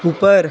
ऊपर